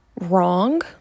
wrong